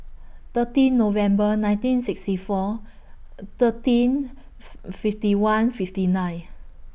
thirteen November nineteen sixty four thirteen fifty one fifty nine